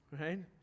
right